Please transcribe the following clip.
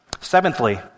Seventhly